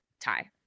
tie